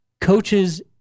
coaches